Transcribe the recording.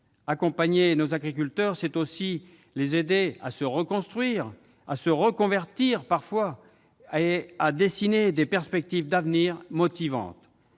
Accompagner nos agriculteurs, c'est aussi les aider à se reconstruire, mais aussi, parfois, à se reconvertir et à dessiner des perspectives d'avenir motivantes.